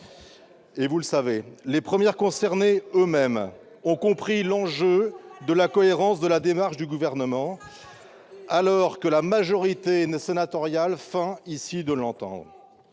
la ministre ! Les premiers concernés eux-mêmes ont compris l'enjeu et la cohérence de la démarche du Gouvernement alors que la majorité sénatoriale feint ici de ne pas l'entendre.